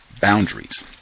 boundaries